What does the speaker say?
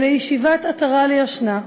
אלא היא שיבת עטרה ליושנה,